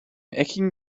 eckigen